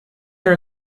your